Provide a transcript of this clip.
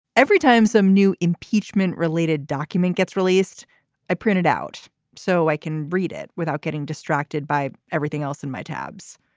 every time some new impeachment related document gets released i print it out so i can read it without getting distracted by everything else in my tabs.